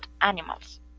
animals